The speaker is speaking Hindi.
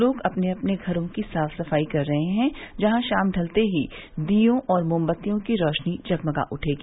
लोग अपने अपने घरो की साफ सफाई कर रहे हैं जहां शाम ढलते ही दीओं और मोमबत्तियों की रौशनी जगमगा उठेगी